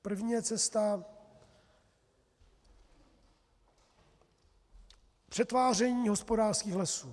První je cesta přetváření hospodářských lesů.